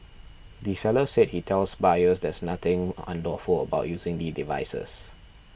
the seller said he tells buyers there's nothing unlawful about using the devices